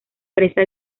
presa